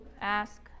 ask